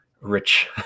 rich